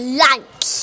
lunch